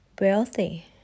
wealthy